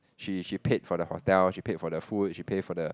she she paid for the hotel she paid for the food she pay for the